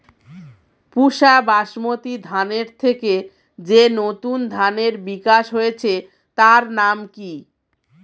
পুসা বাসমতি ধানের থেকে যে নতুন ধানের বিকাশ হয়েছে তার নাম কি?